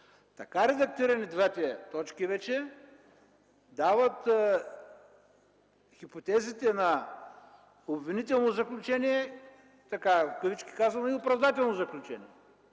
Така редактирани двете точки вече дават хипотезите на обвинително заключение в кавички казано и оправдателно заключение.